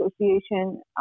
Association